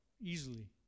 easily